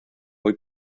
muy